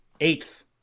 eighth